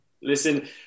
listen